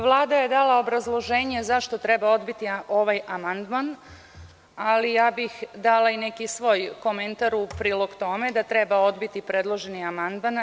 Vlada je dala obrazloženje zašto treba odbiti ovaj amandman, ali ja bih dala i neki svoj komentar u prilog tome da treba odbiti predloženi amandman.